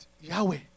Yahweh